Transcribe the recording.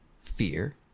fear